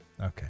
Okay